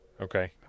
Okay